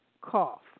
cough